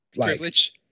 Privilege